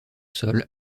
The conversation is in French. sol